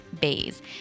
Bays